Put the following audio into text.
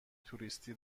توریستی